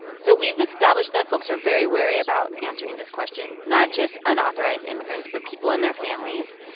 so we've established that folks are very wary about answering this question, not just unauthorized immigrants but people and their families.